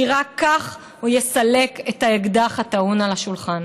כי רק כך הוא יסלק את האקדח הטעון על השולחן.